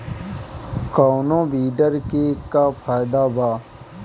कौनो वीडर के का फायदा बा?